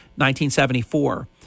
1974